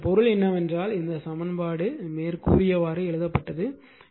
எனவே இதன் பொருள் என்னவென்றால் இந்த சமன்பாடு மேற்கூறியவாறு எழுதப்பட்டது